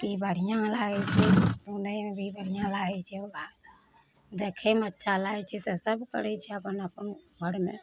की बढ़िआँ लागै छै सुनयमे भी बढ़िआँ लागै छै योगा देखैमे अच्छा लागै छै तऽ सब करै छै अपन अपन घरमे